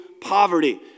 poverty